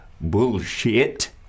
bullshit